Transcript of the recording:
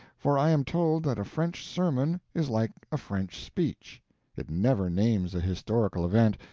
for i am told that a french sermon is like a french speech it never names a historical event,